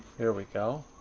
there we go.